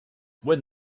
when